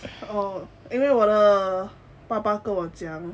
oh 因为我的爸爸跟我讲